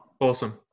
Awesome